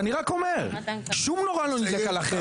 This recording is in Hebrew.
אז אני רק אומר, שוב נורה לא נדלקה לכם.